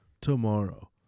tomorrow